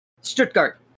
Stuttgart